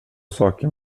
saker